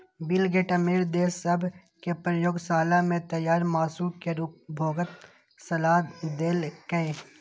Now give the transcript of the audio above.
bill Gates अमीर देश सभ कें प्रयोगशाला मे तैयार मासु केर उपभोगक सलाह देलकैए